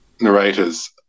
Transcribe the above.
narrators